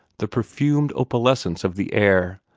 the perfumed opalescence of the air,